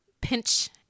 pinch